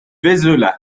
vézelay